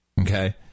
okay